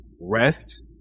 rest